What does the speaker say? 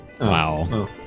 Wow